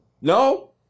No